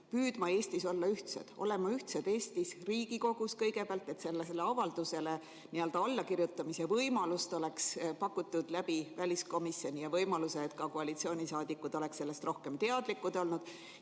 püüdma olla ühtsed Eestis, Riigikogus kõigepealt? Sellele avaldusele allakirjutamise võimalust oleks pakutud läbi väliskomisjoni ja võimaluse, et ka koalitsioonisaadikud oleks sellest rohkem teadlikud olnud.